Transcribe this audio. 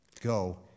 Go